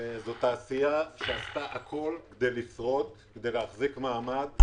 זו תעשייה שעשתה הכול כדי לשרוד ולהחזיק מעמד,